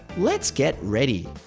let's get ready!